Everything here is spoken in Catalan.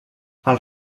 els